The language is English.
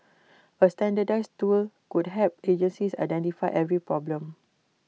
A standardised tool could help agencies identify every problem